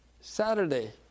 Saturday